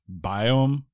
biome